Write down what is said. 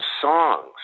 songs